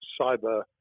cyber